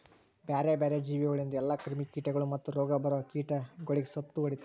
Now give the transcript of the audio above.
ಬ್ಯಾರೆ ಬ್ಯಾರೆ ಜೀವಿಗೊಳಿಂದ್ ಎಲ್ಲಾ ಕ್ರಿಮಿ ಕೀಟಗೊಳ್ ಮತ್ತ್ ರೋಗ ಬರೋ ಕೀಟಗೊಳಿಗ್ ಸತ್ತು ಹೊಡಿತಾರ್